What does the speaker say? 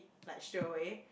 like straight away